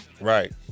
Right